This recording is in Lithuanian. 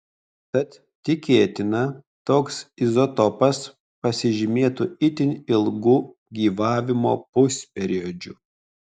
tad tikėtina toks izotopas pasižymėtų itin ilgu gyvavimo pusperiodžiu